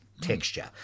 texture